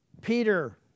Peter